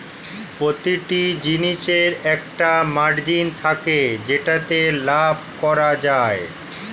প্রতিটি জিনিসের একটা মার্জিন থাকে যেটাতে লাভ করা যায়